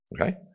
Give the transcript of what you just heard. Okay